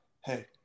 hey